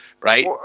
Right